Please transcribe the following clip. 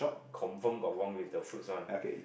confirm got wrong with the foot's one